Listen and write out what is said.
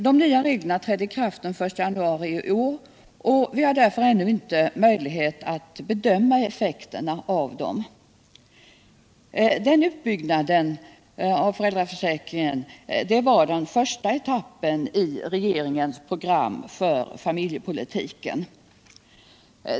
De nya reglerna trädde i kraft den 1 januari i år, och vi har ännu inte möjlighet att bedöma effekterna av dem. Den utbyggnaden av föräldraförsäkringen var den första etappen i regeringens program för familjepolitiken.